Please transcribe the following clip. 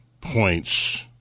points